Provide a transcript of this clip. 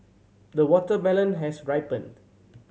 the watermelon has ripened